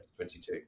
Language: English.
2022